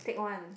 take onen